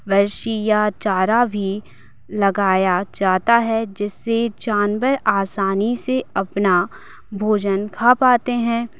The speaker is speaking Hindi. वर्षी या चारा भी लगाया जाता है जिससे जानवर आसानी से अपना भोजन खा पाते हैं